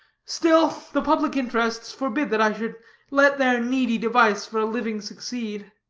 still, the public interests forbid that i should let their needy device for a living succeed.